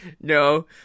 No